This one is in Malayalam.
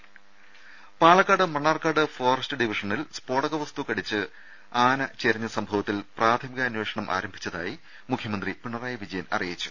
രുമ പാലക്കാട് മണ്ണാർക്കാട് ഫോറസ്റ്റ് ഡിവിഷനിൽ സ്ഫോടക വസ്തു കടിച്ച് ആന ചരിഞ്ഞ സംഭവത്തിൽ പ്രാഥമികാന്വേഷണം ആരംഭിച്ചതായി മുഖ്യമന്ത്രി പിണറായി വിജയൻ അറിയിച്ചു